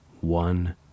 one